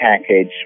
package